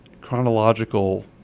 chronological